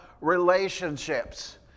Relationships